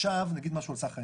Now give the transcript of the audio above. עכשיו נגיד משהו על סך האנרגיה.